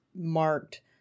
marked